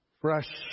Fresh